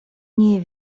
nie